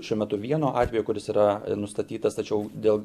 šiuo metu vieno atvejo kuris yra nustatytas tačiau dėl